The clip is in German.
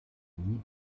nie